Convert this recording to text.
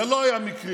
זה לא היה מקרי,